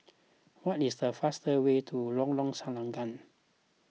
what is the fastest way to Lorong Selangat